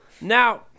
now